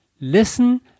Listen